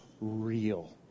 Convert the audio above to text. real